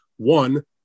One